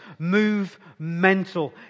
movemental